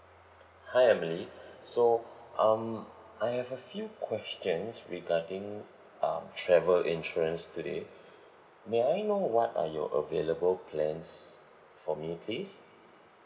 hi emily so um I have a few questions regarding uh travel insurance today may I know what are your available plans for me please